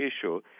issue